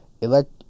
elect